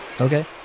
Okay